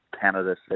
Canada